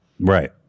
Right